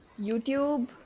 YouTube